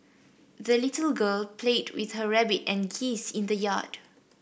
the little girl played with her rabbit and geese in the yard